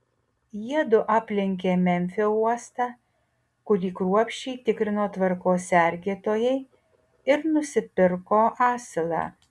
jiedu aplenkė memfio uostą kurį kruopščiai tikrino tvarkos sergėtojai ir nusipirko asilą